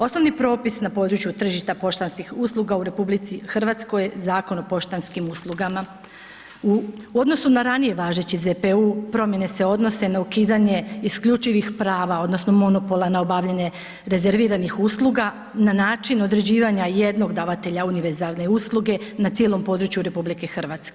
Osnovni propis na području tržišta poštanskih usluga u RH Zakonom o poštanskim uslugama u odnosu na ranije važeći ZPU promjene se odnose na ukidanje isključivih prava odnosno monopola na obavljanje rezerviranih usluga na način određivanja jednog davatelja univerzalne usluge na cijelom području RH.